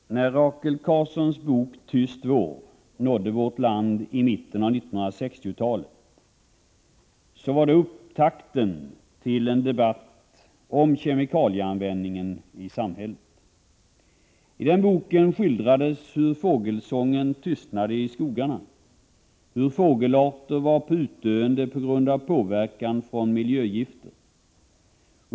Herr talman! När Rachel Carsons bok Tyst vår nådde vårt land i mitten av 1960-talet var det upptakten till en debatt om kemikalieanvändningen i samhället. Boken skildrade hur fågelsången tystnade i skogarna, hur fågelarter var på utdöende på grund av påverkan från miljögifter.